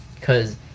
cause